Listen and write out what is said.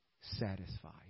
satisfied